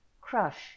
crush